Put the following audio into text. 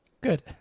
good